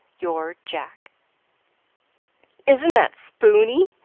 your jack isn't that spoony?